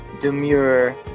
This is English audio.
demure